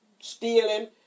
stealing